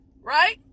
right